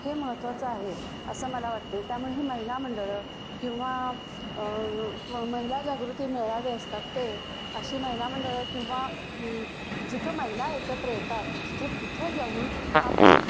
हे महत्त्वाचं आहे असं मला वाटते त्यामुळेही महिलामंडळं किंवा महिला जागृती मेळावे असतात ते अशी महिलामंडळं किंवा जिथं महिला एकत्र येतात तिथं तिथं जाऊन आपण